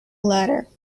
letter